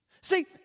See